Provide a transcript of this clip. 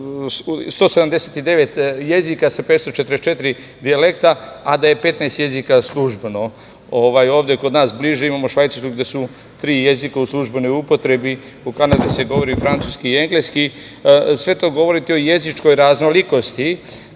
ima 179 jezika sa 544 dijalekta, a da je 15 jezika službeno. Ovde kod nas bliže imamo Švajcarsku gde su tri jezika u službenoj upotrebi, u Kanadi se govori francuski i engleski. Sve to govori o jezičkoj raznolikosti,